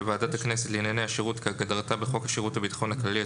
ראש הממשלה/ראש שירות הביטחון הכללי - לוועדת הכנסת